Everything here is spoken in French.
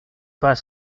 pas